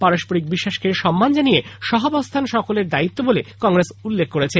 পারস্পরিক বিশ্বাসকে সম্মান জানিয়ে সহাবস্থান সকলের দায়িত্ব বলে কংগ্রেস উল্লেখ করেছে